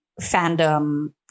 fandom